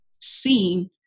seen